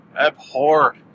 abhor